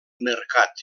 mercat